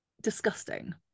disgusting